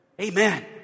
Amen